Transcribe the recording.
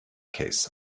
case